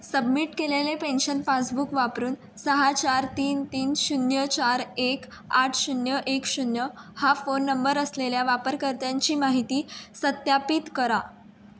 submit केलेले pension passbook वापरून सहा चार तीन तीन शून्य चार एक आठ शून्य एक शून्य हा फोन नंबर असलेल्या वापरकर्त्यांची माहिती सत्यापित करा